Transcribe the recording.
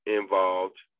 involved